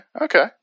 Okay